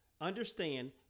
Understand